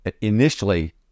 initially